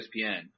ESPN